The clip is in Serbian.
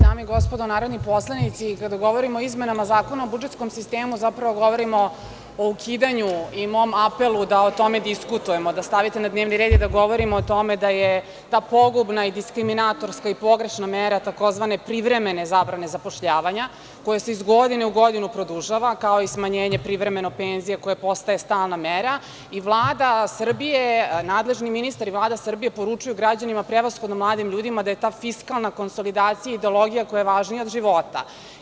Dame i gospodo narodni poslanici, kada govorimo o izmenama Zakona o budžetskom sistemu, zapravo govorimo o ukidanju i mom apelu da o tome diskutujemo, da stavite na dnevni red i da govorimo o tome da je ta pogubna, diskriminatorska i pogrešna mera tzv. privremene zabrane zapošljavanja, koja se iz godine u godinu produžava, kao i smanjenje privremeno penzija koje postaje stalna mera, i nadležni ministar i Vlada Srbije poručuje građanima, prevshodno mladim ljudima, da je ta fiskalna konsolidacija ideologija koja je važnija od života.